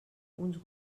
uns